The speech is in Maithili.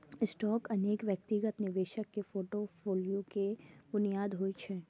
स्टॉक अनेक व्यक्तिगत निवेशक के फोर्टफोलियो के बुनियाद होइ छै